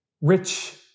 rich